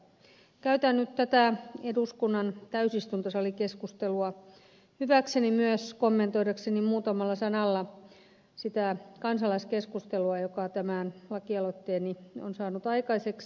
käytän nyt tätä eduskunnan täysistuntosalikeskustelua hyväkseni myös kommentoidakseni muutamalla sanalla sitä kansalaiskeskustelua joka tämän lakialoitteeni on saanut aikaiseksi